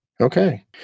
okay